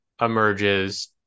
emerges